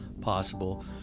possible